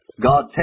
God